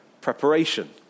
preparation